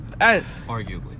Arguably